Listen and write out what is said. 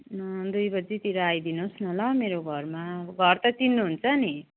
दुई बजीतिर आइदिनुहोस् न ल मेरो घरमा घर त चिन्नुहुन्छ नि